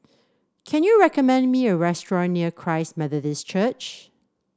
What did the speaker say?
can you recommend me a restaurant near Christ Methodist Church